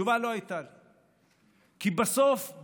כי בסוף,